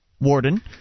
Warden